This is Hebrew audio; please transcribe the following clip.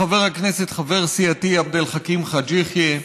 לחבר הכנסת חבר סיעתי עבד אל חכים חאג' יחיא,